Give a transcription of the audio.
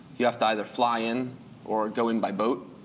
you have to either fly in or go in by boat.